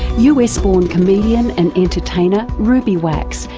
us-born comedian and entertainer ruby wax,